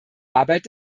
arbeit